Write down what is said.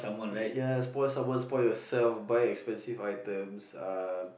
ya spoil someone spoil yourself buy expensive items um